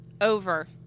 Over